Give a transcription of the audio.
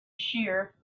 shear